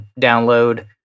download